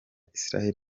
israel